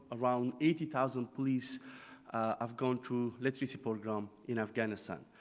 around eighty thousand police have gone through literacy program in afghanistan.